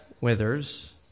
withers